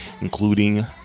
including